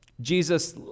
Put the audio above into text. Jesus